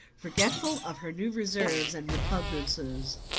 forgetful of her new reserves and repugnances,